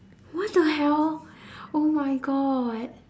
what the hell oh my god